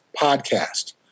podcast